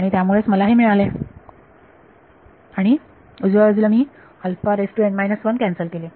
आणि त्यामुळेच मला हे मिळाले आणि उजव्या बाजूला मी कॅन्सल केले